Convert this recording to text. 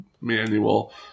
manual